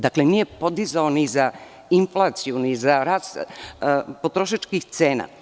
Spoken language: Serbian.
Dakle, nije podizao ni za inflaciju, ni za rast potrošačkih cena.